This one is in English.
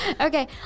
Okay